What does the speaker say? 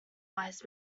wise